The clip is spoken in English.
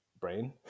brain